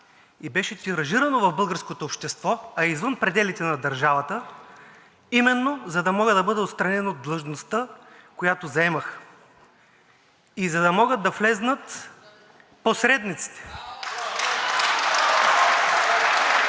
и беше тиражирано в българското общество, а и извън пределите на държавата, именно за да бъда отстранен от длъжността, която заемах, и за да могат да влязат посредниците. (Бурни